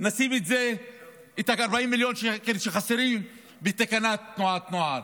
נשים את 40 מיליון השקלים שחסרים בתקנת תנועות הנוער.